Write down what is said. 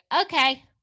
okay